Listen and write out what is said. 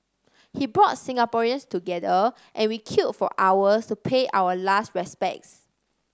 he brought Singaporeans together and we queued for hours to pay our last respects